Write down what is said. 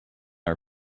are